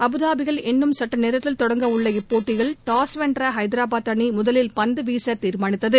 அபுதாபியில் இன்னும் சற்று நேரத்தில் தொடங்கவுள்ள இப்போட்டியில் டாஸ் வென்ற ஐதராபாத் அணி முதலில் பந்து வீச தீர்மானித்துள்ளது